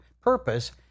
purpose